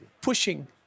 pushing